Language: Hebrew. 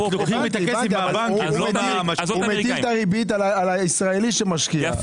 הוא מטיל את הריבית על הישראלי שמשקיע.